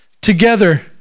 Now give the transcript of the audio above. Together